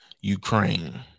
Ukraine